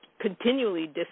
continually